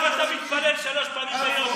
אליו אתה מתפלל שלוש פעמים ביום,